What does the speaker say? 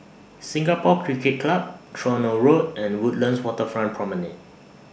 Singapore Cricket Club Tronoh Road and Woodlands Waterfront Promenade